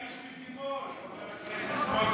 אתה איש משימות, חבר הכנסת סמוטריץ,